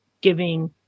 giving